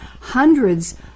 hundreds